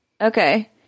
Okay